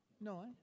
No